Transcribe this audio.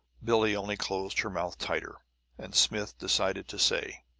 billie only closed her mouth tighter and smith decided to say,